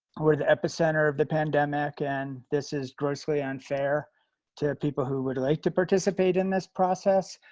we're the epicenter of the pandemic, and this is grossly unfair to people who would like to participate in this process,